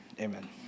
Amen